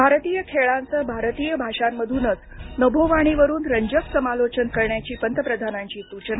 भारतीय खेळांचं भारतीय भाषांमधूनच नभोवाणीवरून रंजक समालोचन करण्याची पंतप्रधानांची सूचना